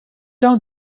down